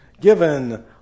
given